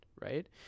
right